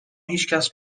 هیچکس